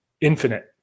infinite